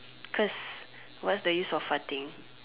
cause what is the use of farting